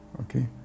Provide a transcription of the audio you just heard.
okay